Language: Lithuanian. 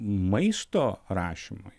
maisto rašymui